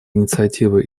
инициатива